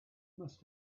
must